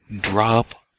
drop